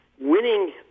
winning